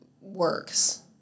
works